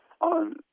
on